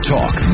Talk